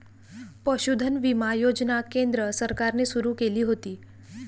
पशुधन विमा योजना केंद्र सरकारने सुरू केली होती